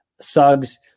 Suggs